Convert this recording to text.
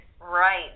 Right